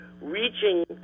reaching